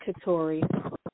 Katori